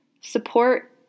support